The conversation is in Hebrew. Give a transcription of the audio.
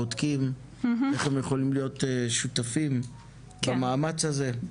בודקים איך הם יכולים להיות שותפים במאמץ הזה?